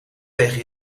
tegen